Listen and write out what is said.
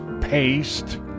paste